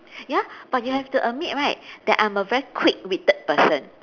ya but you have to admit right that I'm a very quick-witted person